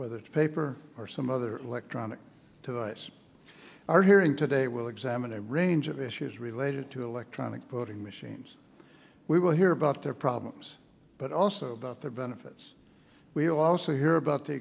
whether it's paper or some other electronic device our hearing today will examine a range of issues related to electronic voting machines we will hear about their problems but also about their benefits we'll also hear about the